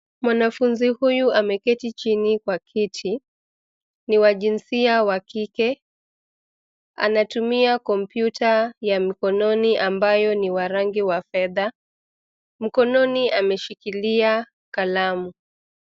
Mwanafunzi huyu ameketi chini kwa kiti. Ni wa jinsia wa kike. Anatumia kompyuta ya mkononi ambayo ni wa rangi wa fedha. Mkononi ameshikilia kalamu.